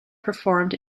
performed